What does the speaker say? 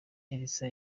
elsa